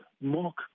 Mark